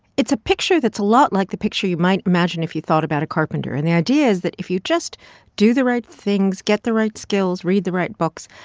it's a picture that's a lot like the picture you might imagine if you thought about a carpenter. and the idea is that if you just do the right things, get the right skills, read the right books,